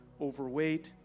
overweight